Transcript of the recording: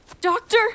Doctor